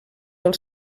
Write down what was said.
del